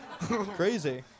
Crazy